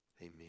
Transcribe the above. amen